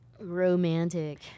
Romantic